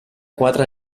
quatre